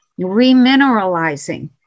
remineralizing